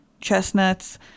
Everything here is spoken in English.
chestnuts